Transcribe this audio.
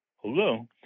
Hello